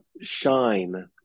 shine